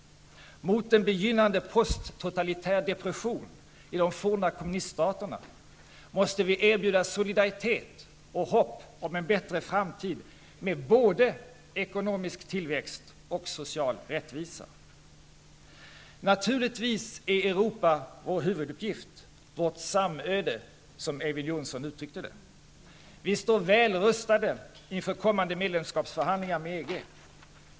Mot en begynnande post-totalitär depression i de forna kommuniststaterna måste vi erbjuda solidaritet och hopp om en bättre framtid med både ekonomisk tillväxt och social rättvisa. Naturligtvis är Europa vår huvuduppgift, vårt samöde som Eyvind Johnson uttryckte det. Vi står väl rustade inför kommande medlemskapsförhandlingar med EG.